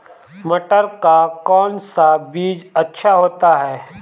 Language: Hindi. मटर का कौन सा बीज अच्छा होता हैं?